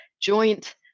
joint